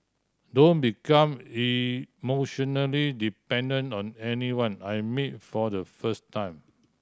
don't become emotionally dependent on anyone I meet for the first time